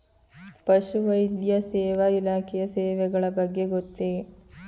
ಪಶುವೈದ್ಯ ಸೇವಾ ಇಲಾಖೆಯ ಸೇವೆಗಳ ಬಗ್ಗೆ ಗೊತ್ತೇ?